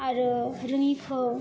आरो रोङिखौ